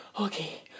okay